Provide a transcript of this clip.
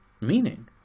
meaning